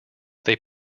they